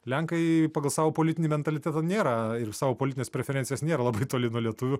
lenkai pagal savo politinį mentalitetą nėra ir savo politines preferencijas nėra labai toli nuo lietuvių